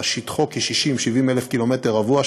ושטחו כ-60,000 70,000 ק"מ רבוע,